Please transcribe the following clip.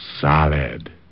Solid